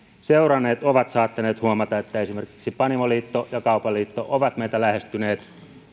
seuranneet ovat saattaneet huomata että esimerkiksi panimoliitto ja kaupan liitto ovat meitä lähestyneet